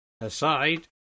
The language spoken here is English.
Aside